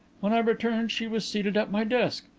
when i returned she was seated at my desk.